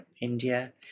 india